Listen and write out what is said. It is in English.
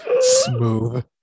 smooth